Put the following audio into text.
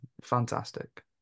Fantastic